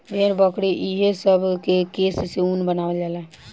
भेड़, बकरी ई हे सब के केश से ऊन बनावल जाला